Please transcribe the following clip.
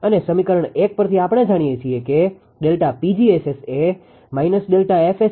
અને સમીકરણ 1 પરથી આપણે જાણીએ છીએ કે ΔPg𝑆𝑆 એ −ΔFSS𝑅 હશે